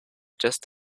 just